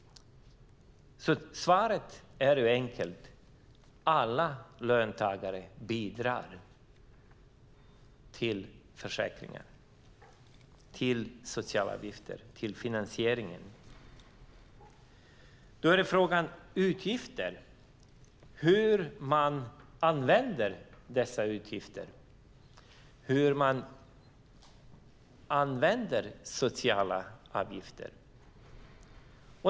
Svaret är alltså enkelt: Alla löntagare bidrar till försäkringen, till finansieringen av sociala avgifter. Den andra frågan handlar om hur man använder utgifterna - hur man använder de sociala avgifterna.